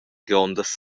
grondas